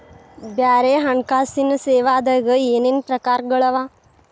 ಬ್ಯಾರೆ ಹಣ್ಕಾಸಿನ್ ಸೇವಾದಾಗ ಏನೇನ್ ಪ್ರಕಾರ್ಗಳವ?